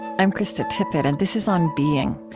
i'm krista tippett, and this is on being.